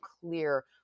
clear